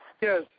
Yes